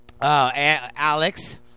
Alex